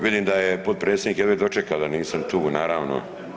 Vidim da je potpredsjednik jedva dočekao da nisam tu, naravno